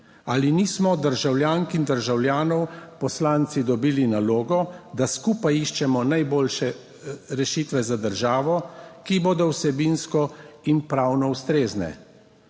Ali nismo od državljank in državljanov poslanci dobili nalogo, da skupaj iščemo najboljše rešitve za državo, ki bodo vsebinsko in pravno ustrezne?